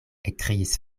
ekkriis